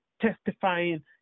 testifying